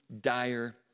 dire